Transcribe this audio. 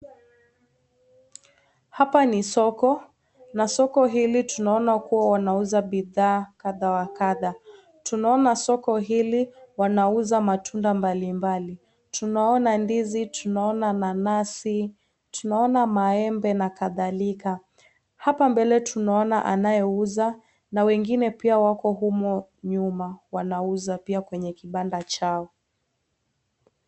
Hapa ni soko na soko hili tunaona kuwa wanauza bidhaa kadha wa kadha, tunaona soko hili wanaiza matunda mbali mbali, tunaona ndizi, tunaona nanasi, tunaona maembe na kadhalika. Hapa mbele tunaona anayeuza na wengine pia wako humo nyuma wanauza pia kwenye kibanda chao.